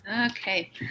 Okay